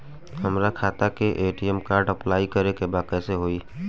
हमार खाता के ए.टी.एम कार्ड अप्लाई करे के बा कैसे होई?